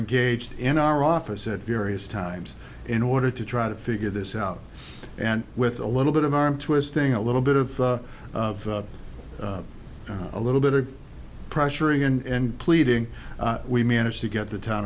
engaged in our office at various times in order to try to figure this out and with a little bit of arm twisting a little bit of a little bit of pressuring and pleading we managed to get the town